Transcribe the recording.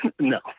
No